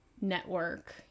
network